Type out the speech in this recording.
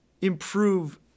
improve